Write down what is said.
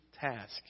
task